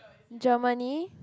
Germany